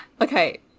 Okay